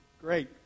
great